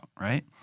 right